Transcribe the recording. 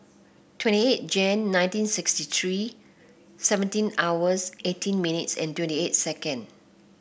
twenty eight Jan nineteen sixty three seventeen hours eighteen minutes and twenty eight second